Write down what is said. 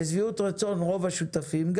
לשביעות רצון רוב השותפים?